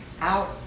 out